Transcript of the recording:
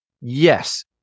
yes